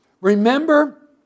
Remember